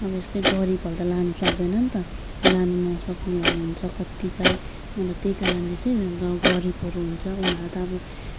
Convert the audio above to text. अब यस्तै गरिबहरूले त लानसक्दैन नि त लान नसक्नेहरू हुन्छ कति चाहिँ अन्त त्यही कारणले चाहिँ अन्त गरिबहरू हुन्छ उनीहरूले त अब